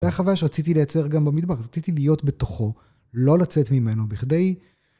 זו הייתה חוויה שרציתי לייצר גם במדבר, רציתי להיות בתוכו, לא לצאת ממנו בכדי...